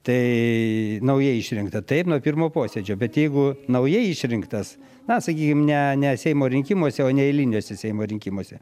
tai naujai išrinkta taip nuo pirmo posėdžio bet jeigu naujai išrinktas na sakykim ne seimo rinkimuose o neeiliniuose seimo rinkimuose